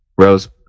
Rose